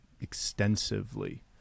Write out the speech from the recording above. extensively